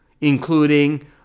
including